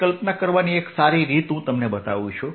તે કલ્પના કરવાની એક સારી રીત હું તમને બતાવું છું